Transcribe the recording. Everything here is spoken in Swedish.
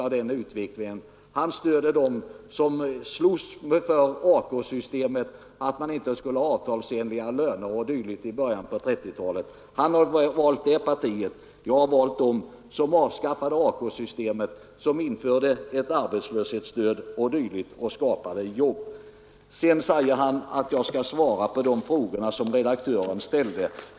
Han har valt det parti som i början av 1930-talet slogs för AK-systemet, för att man inte skulle ha avtalsenliga löner o. d. Jag har valt det parti som avskaffade AK-systemet, som införde arbetslöshetsstöd och skapade jobb. Sedan säger han att jag skall svara på de frågor som redaktören ställde.